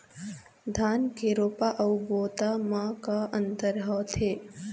धन के रोपा अऊ बोता म का अंतर होथे?